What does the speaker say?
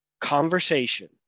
conversation